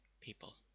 people